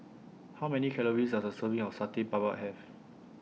How Many Calories Does A Serving of Satay Babat Have